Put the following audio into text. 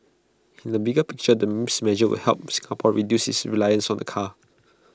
in the bigger picture then measures would help Singapore reduce its reliance on the car